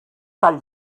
tall